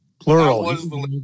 Plural